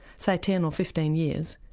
say ten or fifteen years,